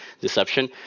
deception